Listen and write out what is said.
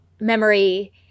memory